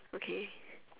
okay